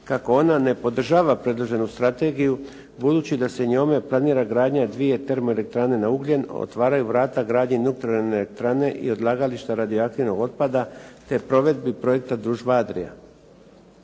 kako ona ne podržava predloženu strategiju, budući da se njome planira gradnja dvije termoelektrane na ugljen, otvaraju vrata gradnji nuklearne elektrane i odlagališta radioaktivnog otpada, te provedbi projekta Družba "Adrija".